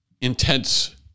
intense